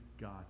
god